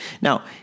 Now